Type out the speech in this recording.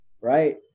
Right